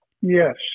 Yes